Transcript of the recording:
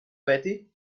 betty